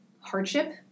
hardship